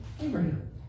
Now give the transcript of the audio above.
Abraham